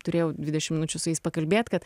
turėjau dvidešim minučių su jais pakalbėt kad